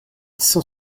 cent